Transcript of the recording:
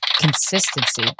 Consistency